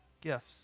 gifts